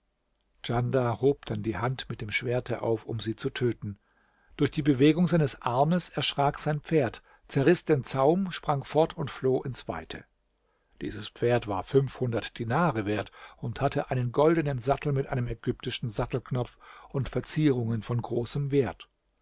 djandar hob dann die hand mit dem schwerte auf um sie zu töten durch die bewegung seines armes erschrak sein pferd zerriß den zaum sprang fort und floh ins weite dieses pferd war fünfhundert dinare wert und hatte einen goldenen sattel mit einem ägyptischen sattelknopf und verzierungen von großem wert